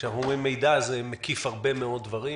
כשאנחנו אומרים מידע, זה מקיף הרבה מאוד דברים